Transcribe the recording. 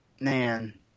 man